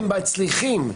הם מצליחים.